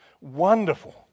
wonderful